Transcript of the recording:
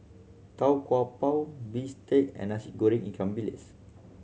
Tau Kwa Pau bistake and Nasi Goreng ikan bilis